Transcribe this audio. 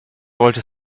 wollte